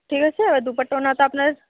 ঠিক আছে এবার দুপাট্টা ওড়নাটা আপনার